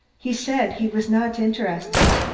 he said he was not interested.